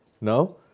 no